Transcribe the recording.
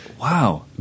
Wow